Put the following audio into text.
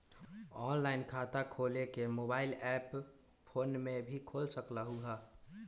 Online खाता खोले के मोबाइल ऐप फोन में भी खोल सकलहु ह?